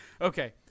Okay